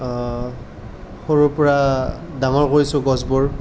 সৰুৰ পৰা ডাঙৰ কৰিছোঁ গছবোৰ